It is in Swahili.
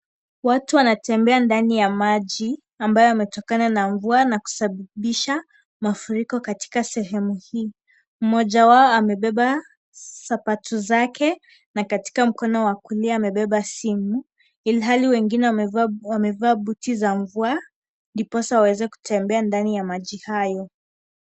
Watu wanatembea ndani ya maji ambayo yametokana na mvua na kusababisha mafuriko katika sehemu hii. Mmoja wao amebeba sapatu zake na katika mkono wa kulia amebeba simu, ilhali wengine wamevaa buti za mvua, ndiposa waweze kutembea ndani ya maji hayo.